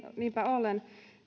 niinpä ollen